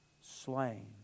slain